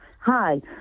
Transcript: Hi